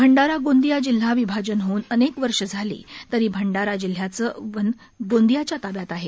भंडारा गोंदिया जिल्हा विभाजन होऊन अनेक वर्ष झाली तरी भंडारा जिल्याचं वन गोंदियाच्या ताब्यात आहे